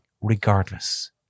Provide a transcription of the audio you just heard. regardless